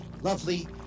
lovely